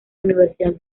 universidad